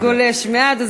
אתה גולש מעט.